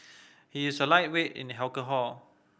he is a lightweight in the alcohol